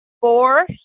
four